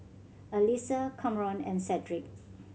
Alysa Kamron and Cedric